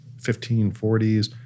1540s